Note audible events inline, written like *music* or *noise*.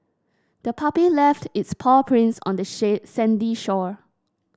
the puppy left its paw prints on the *unintelligible* sandy shore